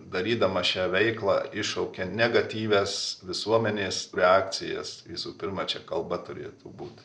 darydamas šią veiklą iššaukia negatyvias visuomenės reakcijas visų pirma čia kalba turėtų būt